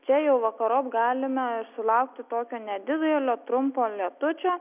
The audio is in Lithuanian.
čia jau vakarop galime ir sulaukti tokio nedidelio trumpo lietučio